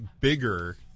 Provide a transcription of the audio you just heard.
bigger